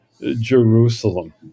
Jerusalem